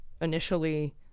initially